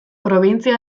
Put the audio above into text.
probintzia